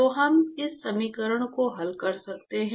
तो हम इस समीकरण को हल कर सकते हैं